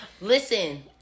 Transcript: listen